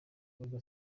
ubwo